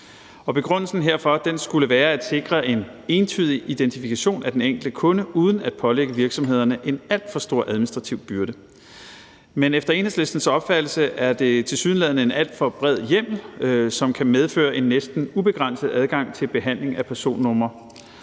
Begrundelsen herfor skulle være at sikre en entydig identifikation af den enkelte kunde uden at pålægge virksomhederne en alt for stor administrativ byrde. Men efter Enhedslistens opfattelse er det tilsyneladende en alt for bred hjemmel, som kan medføre en næsten ubegrænset adgang til behandling af personnumre.